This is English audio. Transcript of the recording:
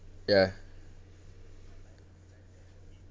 ya